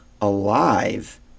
alive